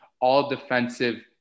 all-defensive